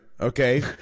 Okay